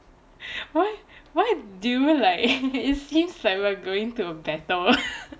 why why do you like it seems we are going to a battle